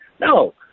No